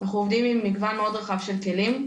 אנחנו עובדים עם מגוון מאוד רחב של כלים.